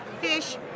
fish